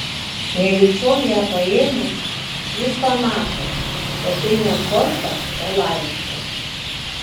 nejučiom ją paėmęs jis pamato kad tai ne korta o laiškas